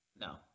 No